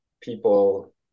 people